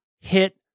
hit